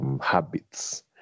habits